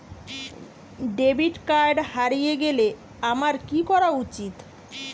Debit card হারিয়ে গেলে আমার কি করা উচিৎ?